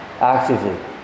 actively